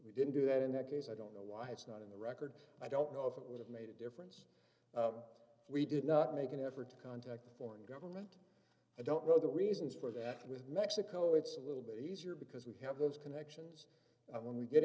we didn't do that in that case i don't know why it's not in the record i don't know if it would have made a difference we did not make an effort to contact the foreign government i don't know the reasons for that with mexico it's a little bit easier because we have those connections when we get